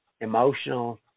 emotional